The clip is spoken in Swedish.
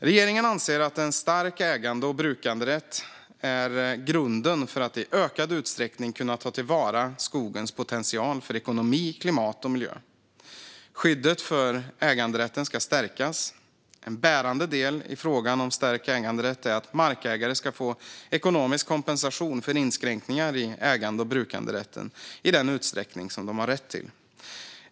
Regeringen anser att en stark ägande och brukanderätt är grunden för att i ökad utsträckning kunna ta till vara skogens potential för ekonomi, klimat och miljö. Skyddet för äganderätten ska stärkas. En bärande del i frågan om stärkt äganderätt är att markägare ska få ekonomisk kompensation för inskränkningar i ägande och brukanderätt i den utsträckning som de har rätt till.